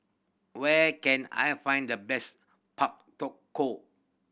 where can I find the best pak ko